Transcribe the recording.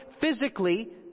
physically